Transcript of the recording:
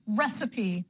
recipe